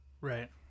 Right